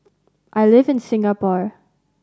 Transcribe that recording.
I live in Singapore